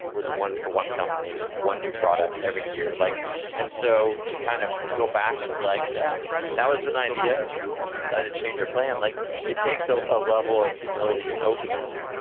we're the one for one company, one new product every year. like and so to kind of go back and. like that was an idea, and we decided change our plans. like it takes a ah level of humility and openness,